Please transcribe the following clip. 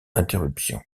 interruption